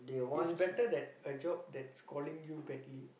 is better that a job that's calling you badly